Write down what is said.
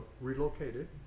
relocated